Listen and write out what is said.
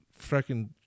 freaking